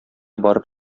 барып